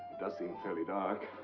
does seem fairly dark.